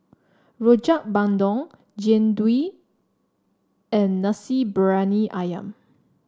Rojak Bandung Jian Dui and Nasi Briyani ayam